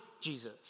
Jesus